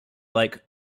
like